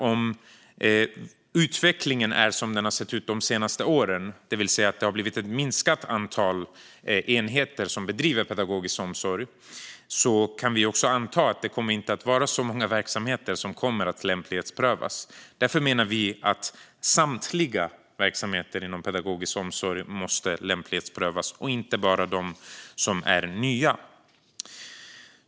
Om utvecklingen fortsätter som de senaste åren, det vill säga att antalet enheter som bedriver pedagogisk omsorg minskar, kan vi anta att det inte kommer att vara så många verksamheter som lämplighetsprövas. Därför menar vi att samtliga verksamheter inom pedagogisk omsorg måste lämplighetsprövas, inte bara de som är nya.